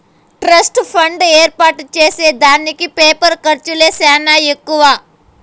trust fund ఏర్పాటు చేసే దానికి పేపరు ఖర్చులే సానా ఎక్కువ